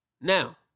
now